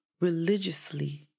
religiously